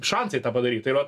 šansai tą padaryt tai va